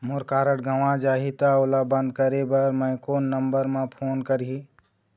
मोर card गंवा जाही त ओला बंद करें बर मैं कोन नंबर म फोन करिह?